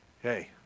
Hey